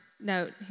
Note